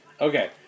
Okay